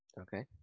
Okay